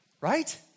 right